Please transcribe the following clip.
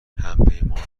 همپیمانی